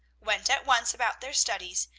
went at once about their studies,